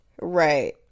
Right